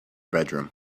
bedroom